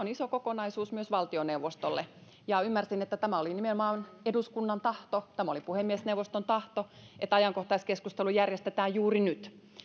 tämä on iso kokonaisuus myös valtioneuvostolle ymmärsin että tämä oli nimenomaan eduskunnan tahto tämä oli puhemiesneuvoston tahto että ajankohtaiskeskustelu järjestetään juuri nyt